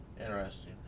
Interesting